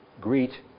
greet